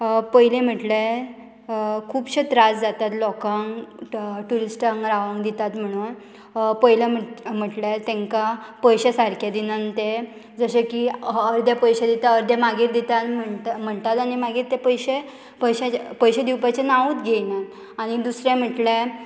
पयलें म्हटल्यार खुबशे त्रास जातात लोकांक ट्युरिस्टांक रावंक दितात म्हणून पयले म्हटल्यार तेंकां पयशे सारके दिनात ते जशे की अर्दे पयशे दिता अर्दे मागीर दिता आनी म्हणटा म्हणटात आनी मागीर ते पयशे पयशे पयशे दिवपाचें नांवूच घेयनात आनी दुसरे म्हटल्यार